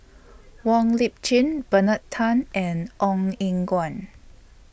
Wong Lip Chin Bernard Tan and Ong Eng Guan